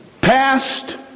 past